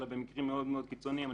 אלא במקרים מאוד-מאוד קיצוניים.